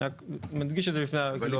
אני רק מדגיש את זה בפני הוועדה.